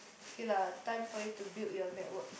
okay lah time for you to build your network